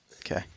okay